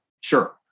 Sure